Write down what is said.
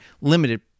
limited